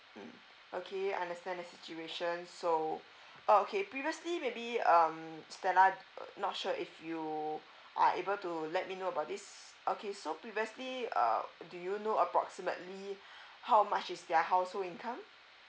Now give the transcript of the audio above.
mm okay understand the situation so uh okay previously maybe um stella not sure if you are able to let me know about this okay so previously uh do you know approximately how much is their household income